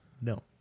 No